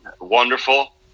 wonderful